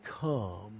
come